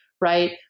right